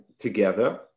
together